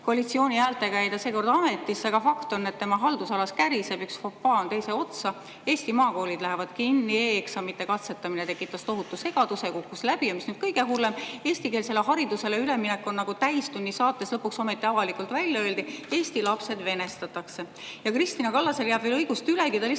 Koalitsiooni häältega jäi ta seekord ametisse, aga fakt on, et tema haldusalas käriseb, üks fopaa teise otsa. Eesti maakoolid lähevad kinni, e‑eksamite katsetamine tekitas tohutu segaduse ja kukkus läbi, ja mis nüüd kõige hullem: eestikeelsele haridusele üleminekuga, nagu "Täistunni" saates lõpuks ometi avalikult välja öeldi, eesti lapsed venestatakse. Aga Kristina Kallasel jääb veel õigust ülegi! Ta lihtsalt